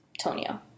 Tonio